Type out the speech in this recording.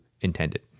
intended